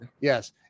Yes